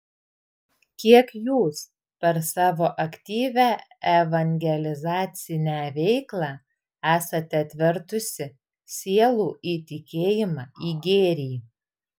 kiek jūs per savo aktyvią evangelizacinę veiklą esate atvertusi sielų į tikėjimą į gėrį